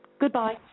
Goodbye